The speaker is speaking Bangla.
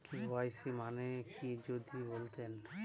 কে.ওয়াই.সি মানে কি যদি বলতেন?